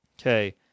Okay